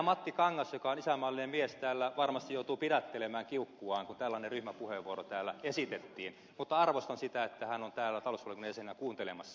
matti kangas joka on isänmaallinen mies täällä varmasti joutuu pidättelemään kiukkuaan kun tällainen ryhmäpuheenvuoro täällä esitettiin mutta arvostan sitä että hän on täällä talousvaliokunnan jäsenenä kuuntelemassa